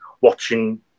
watching